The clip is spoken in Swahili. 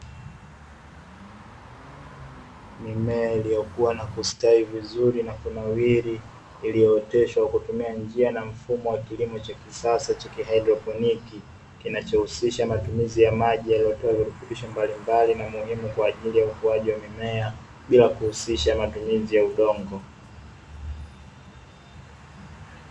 Mimea iliyokuwa na kustawi vizuri na kunawiri, iliyooteshwa kwa kutumia njia na mfumo wakilimo cha kisasa cha kihaidroponi, kinachohusisha matumizi ya maji yaliyonavirutubisho vinaumuhimu Kwa ajili ya ukuwaji mmea bila kuhusisha matumizi ya udongo.